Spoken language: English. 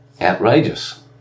outrageous